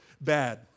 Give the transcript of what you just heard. Bad